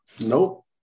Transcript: nope